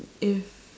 if